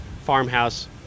farmhouse